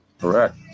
Correct